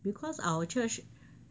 because our church